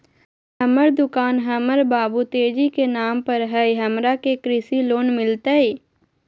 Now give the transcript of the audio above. हमर दुकान हमर बाबु तेजी के नाम पर हई, हमरा के कृषि लोन मिलतई?